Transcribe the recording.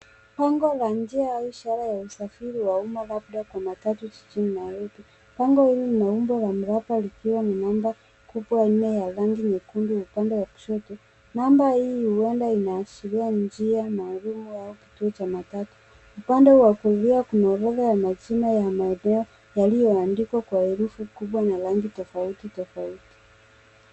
Bango la njia au ishara ya usafiri wa umma, labda kwa matatu jijini Nairobi. Bango hili lina umbo la mraba likiwa na namba kubwa 4 ya rangi nyekundu upande wa kushoto. Namba hii huenda inaashiria njia maalum au kituo cha matatu. Upande wa kulia kuna orodha ya majina ya maeneo yaliyoandikwa kwa herufi kubwa na rangi tofauti tofauti.